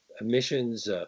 emissions